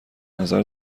نظر